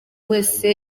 wese